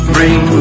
Bring